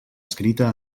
escrita